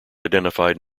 identified